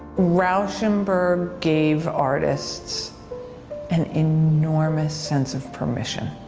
rauschenberg gave artists an enormous sense of permission.